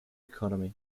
economy